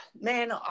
man